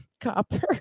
copper